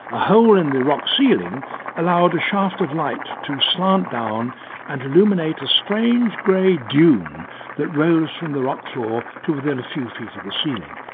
a hole in the rock ceiling allowed a shaft of light to slant down and illuminate a strange grey dune that rose from the rock floor to within a few feet of the ceiling.